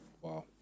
Wow